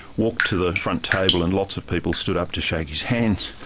walked to the front table, and lots of people stood up to shake his hand,